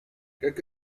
как